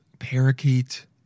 parakeet